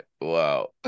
wow